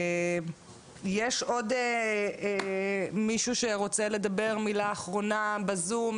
יש עוד מישהו שרוצה לדבר מילה אחרונה בזום?